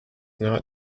not